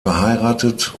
verheiratet